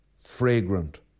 Fragrant